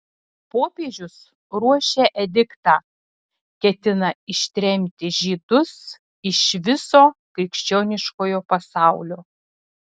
popiežius ruošia ediktą ketina ištremti žydus iš viso krikščioniškojo pasaulio